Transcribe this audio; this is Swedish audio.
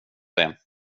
det